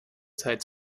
zeit